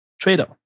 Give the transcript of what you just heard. trader